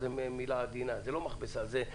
זו מילה עדינה לזה,